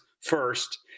first